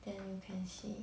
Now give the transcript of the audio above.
then you can see